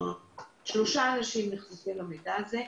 שלושה אנשים נחשפים למידע הזה,